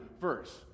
verse